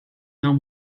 não